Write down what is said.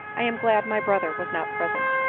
i am glad my brother was not present.